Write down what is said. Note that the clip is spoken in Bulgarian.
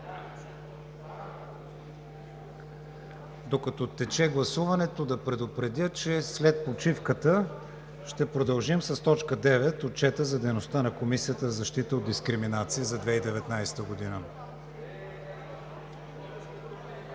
Докато тече гласуването – да предупредя, че след почивката ще продължим с точка девета: Отчет за дейността на Комисията за защита от дискриминация за 2019 г. Гласували